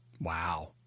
Wow